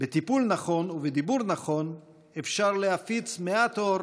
בטיפול נכון ובדיבור נכון אפשר להפיץ מעט אור,